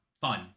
fun